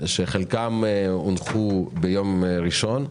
חלקן הונחו ביום ראשון.